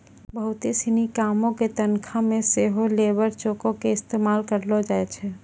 बहुते सिनी कामो के तनखा मे सेहो लेबर चेको के इस्तेमाल करलो जाय छै